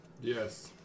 Yes